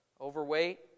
Overweight